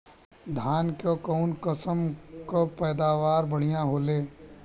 धान क कऊन कसमक पैदावार बढ़िया होले?